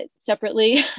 separately